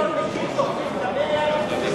גם בקדנציה הקודמת לא הייתי בעד.